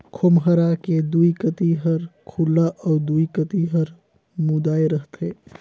खोम्हरा के दुई कती हर खुल्ला अउ दुई कती हर मुदाए रहथे